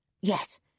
Yes